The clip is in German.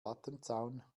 lattenzaun